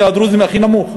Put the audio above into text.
אצל הדרוזים הוא הכי נמוך,